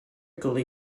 gully